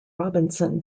robinson